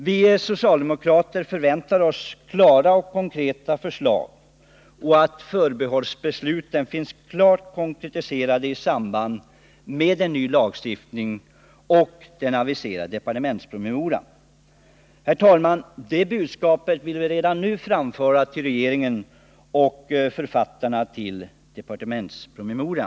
Vi socialdemokrater väntar oss att förslagen är klara och konkreta och att förbehållsbesluten blir klart konkretiserade i samband med ny lagstiftning och den aviserade departementspromemorian. Herr talman! Det budskapet vill vi redan nu framföra till regeringen och författarna av departementspromemorian.